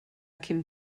cyn